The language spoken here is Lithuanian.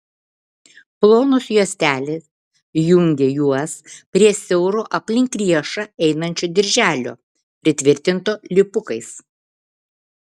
plonos juostelės jungė juos prie siauro aplink riešą einančio dirželio pritvirtinto lipukais